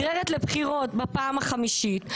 לבחירות בפעם החמישית.